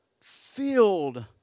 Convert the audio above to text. filled